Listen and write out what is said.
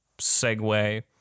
segue